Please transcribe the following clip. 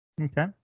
okay